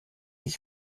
ich